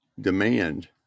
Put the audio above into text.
demand